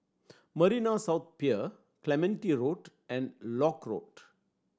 Marina South Pier Clementi Road and Lock Road